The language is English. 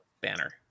banner